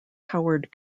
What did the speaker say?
howard